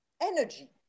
energy